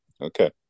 Okay